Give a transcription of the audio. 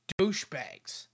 douchebags